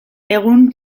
egun